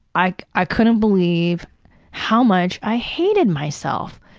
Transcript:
i i couldn't believe how much i hated myself.